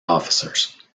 officers